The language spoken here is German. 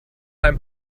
einem